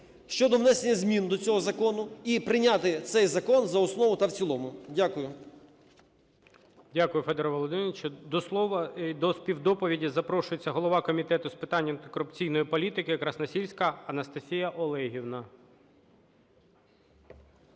щодо внесення змін до цього закону і прийняти цей закон за основу та в цілому. Дякую. ГОЛОВУЮЧИЙ. Дякую, Федоре Володимировичу. До слова, до співдоповіді запрошується голова Комітету з питань антикорупційної політики Красносільська Анастасія Олегівна.